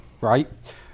right